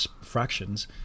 fractions